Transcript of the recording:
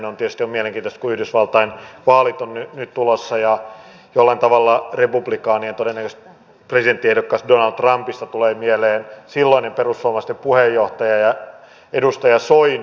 on mielenkiintoista kun yhdysvaltain vaalit ovat nyt tulossa ja jollain tavalla republikaanien presidenttiehdokas todennäköisesti donald trumpista tulee mieleen silloinen perussuomalaisten puheenjohtaja ja edustaja soini